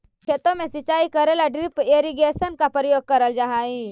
खेतों में सिंचाई करे ला ड्रिप इरिगेशन का प्रयोग करल जा हई